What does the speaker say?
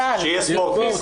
ספורט.